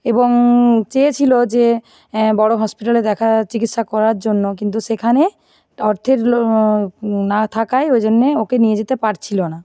এবং চেয়েছিল যে বড় হসপিটালে দেখা চিকিৎসা করার জন্য কিন্তু সেখানে অর্থের না থাকায় ওই জন্যে ওকে নিয়ে যেতে পারছিল না